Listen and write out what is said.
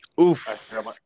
Oof